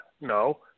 No